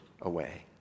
away